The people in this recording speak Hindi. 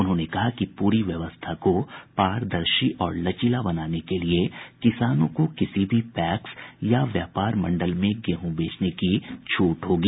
उन्होंने कहा कि पूरी व्यवस्था को पारदर्शी और लचीला बनाने के लिये किसानों को किसी भी पैक्स या व्यापार मंडल में गेहूं बेचने की छूट होगी